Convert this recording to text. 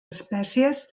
espècies